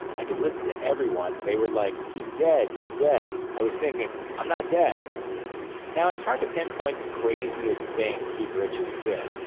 i could listen to everyone, and they were like, he's dead, he's dead i was thinking, i'm not dead now, it's hard to pinpoint the craziest thing keith richards did,